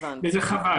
ביקשתם.